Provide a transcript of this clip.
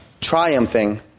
triumphing